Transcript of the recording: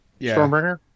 Stormbringer